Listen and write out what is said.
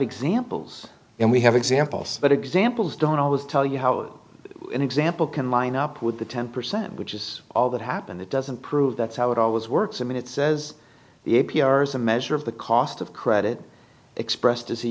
examples and we have examples but examples don't always tell you how an example can line up with the ten percent which is all that happened it doesn't prove that's how it always works and it says the a p r is a measure of the cost of credit express